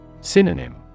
Synonym